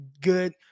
good